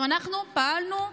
אנחנו פעלנו,